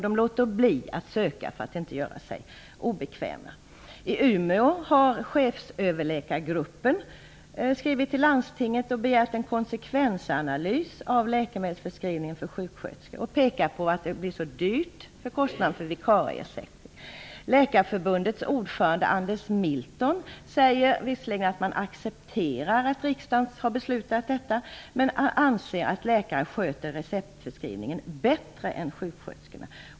De låter bli att söka denna utbildning för att inte göra sig obekväma. I Umeå har chefsöverläkargruppen skrivit till landstinget och begärt en konsekvensanalys av läkemedelsförskrivningsrätten för sjuksköterskor. Man påpekar att det blir dyrt genom att kostnaderna för vikarier ökar. Läkarförbundets ordförande Anders Milton säger att man visserligen accepterar riksdagens beslut, men man anser att läkare sköter receptförskrivning bättre än sjuksköterskor.